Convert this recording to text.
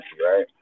right